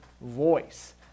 voice